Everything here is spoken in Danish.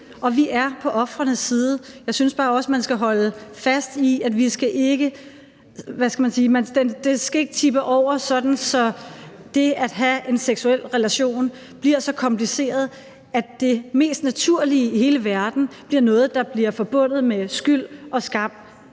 synes bare også, man skal holde fast i, at det ikke skal tippe over, sådan at det at have en seksuel relation bliver så kompliceret, at det mest naturlige i hele verden bliver noget, der er forbundet med skyld og skam.